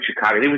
Chicago